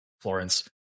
Florence